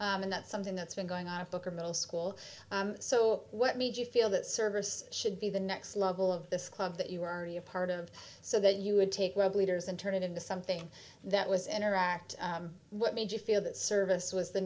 and that's something that's been going on at booker middle school so what made you feel that service should be the next level of this club that you were already a part of so that you would take world leaders and turn it into something that was interact what made you feel that service was the